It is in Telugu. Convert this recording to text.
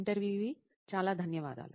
ఇంటర్వ్యూఈ చాలా ధన్యవాదాలు